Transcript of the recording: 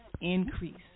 increase